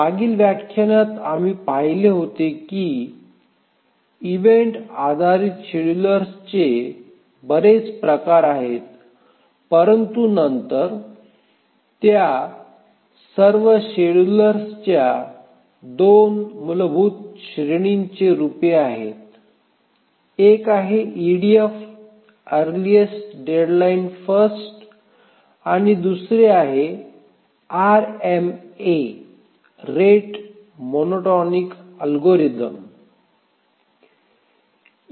मागील व्याख्यानात आम्ही पाहिले होते की इव्हेंट आधारित शेड्यूलर्सचे बरेच प्रकार आहेत परंतु नंतर त्या सर्व शेड्यूलर्सच्या 2 मूलभूत श्रेणींचे रूपे आहेत एक आहे ईडीएफ अरलिएस्ट डेडलाईन फर्स्ट आणि दुसरी आरएमए रेट मोनोटॉनिक अल्गोरिदम आहे